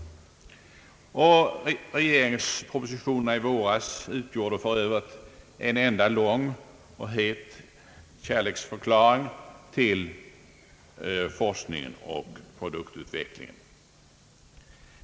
Regeringens propositioner i våras på detta område utgjorde för Övrigt en enda lång och het kärleksförklaring till forskning och produktutveckling.